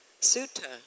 sutta